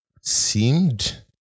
seemed